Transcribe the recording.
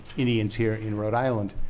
indians here in rhode island,